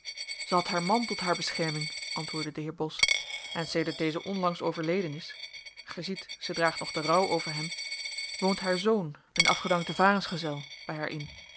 zij had haar man tot haar bescherming antwoordde de heer bos en sedert deze onlangs overleden is gij ziet zij draagt nog den rouw over hem woont haar zoon een afgedankte varensgezel bij haar